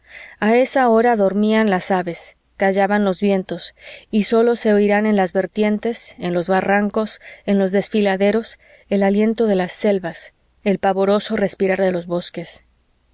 a esa hora dormían las aves callaban los vientos y sólo se oirían en las vertientes en los barrancos en los desfiladeros el aliento de las selvas el pavoroso respirar de los bosques